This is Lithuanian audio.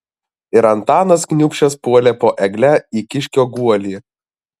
ir antanas kniūbsčias puolė po egle į kiškio guolį